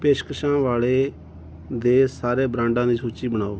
ਪੇਸ਼ਕਸ਼ਾਂ ਵਾਲੇ ਦੇ ਸਾਰੇ ਬ੍ਰਾਂਡਾ ਦੀ ਸੂਚੀ ਬਣਾਓ